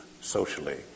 socially